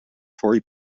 torrey